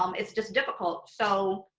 um it's just difficult. so,